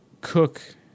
cook